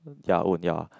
ya own ya